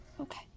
Okay